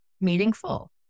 meaningful